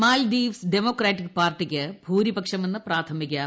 Maldives democratic പാർട്ടിക്ക് ഭൂരിപക്ഷമെന്ന് പ്രാഥമിക ഫലങ്ങൾ